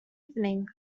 evening